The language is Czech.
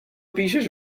píšeš